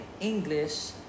English